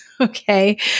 Okay